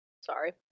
Sorry